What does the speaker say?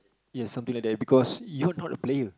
ya something like that because you not a player